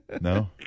No